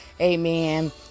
Amen